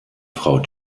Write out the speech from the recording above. frau